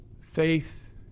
faith